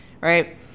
right